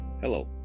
Hello